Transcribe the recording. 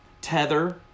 Tether